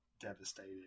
devastated